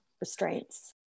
restraints